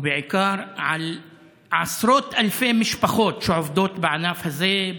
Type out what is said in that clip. ובעיקר על עשרות אלפי משפחות שעובדות בענף הזה,